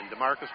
Demarcus